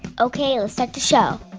ok, let's start the show